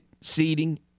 seating